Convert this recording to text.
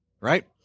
right